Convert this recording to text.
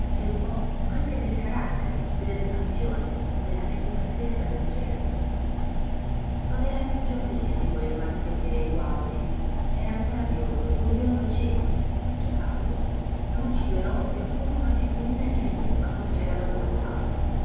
e un po anche del carattere dell'educazione della figura stessa del genero non era più giovanissimo il marchese gualdi era ancor biondo d'un biondo acceso ma già calvo lucido e roseo come una figurina di finissima porcellana smaltata